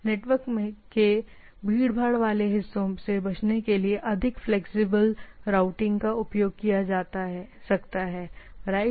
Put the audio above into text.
network के भीड़भाड़ वाले हिस्सों से बचने के लिए अधिक फ्लैक्सिबल रूटिंग का उपयोग किया जा सकता है राइट